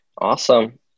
Awesome